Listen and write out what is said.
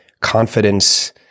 confidence